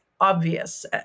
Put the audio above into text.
obvious